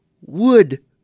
wood